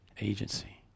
agency